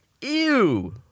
Ew